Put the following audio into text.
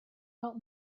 help